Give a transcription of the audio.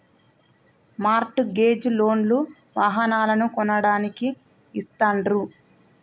mart gauge loan లు వాహనాలను కొనడానికి ఇస్తాండ్రు